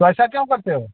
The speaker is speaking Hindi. तो ऐसा क्यों करते हो